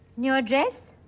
your address?